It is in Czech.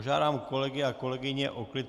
Požádám kolegy a kolegyně o klid.